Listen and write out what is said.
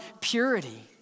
purity